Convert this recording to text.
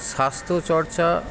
স্বাস্থ্যচর্চা